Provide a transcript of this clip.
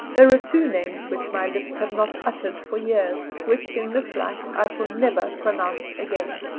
there are two names which my lips have not uttered for years which, in this life, i shall never pronounce again.